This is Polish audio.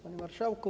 Panie Marszałku!